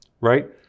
right